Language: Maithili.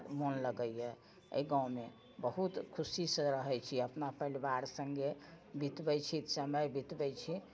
मोन लगैए अइ गाँवमे बहुत खुशीसँ रहै छी अपना परिवार सङ्गे बितबै छी समय समय बितबै छी